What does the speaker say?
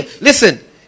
Listen